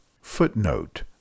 Footnote